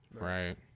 Right